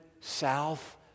south